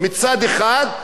ומצד שני,